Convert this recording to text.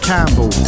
Campbell